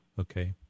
Okay